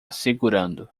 segurando